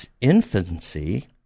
infancy